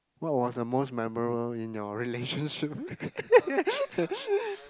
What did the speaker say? what was the most memorable in your relationship